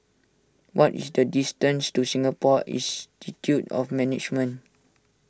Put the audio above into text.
what is the distance to Singapore Institute of Management